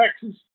Texas